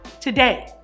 today